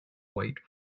white